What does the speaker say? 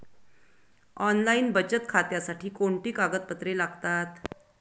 Online बचत खात्यासाठी कोणती कागदपत्रे लागतात?